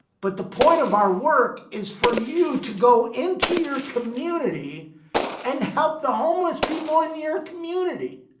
but the point of our work is for you to go into your community and help the homeless people in your community.